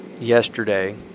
yesterday